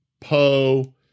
poe